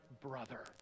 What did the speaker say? brother